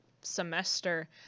semester